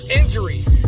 injuries